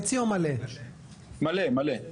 מלא, מלא.